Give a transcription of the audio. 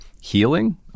Healing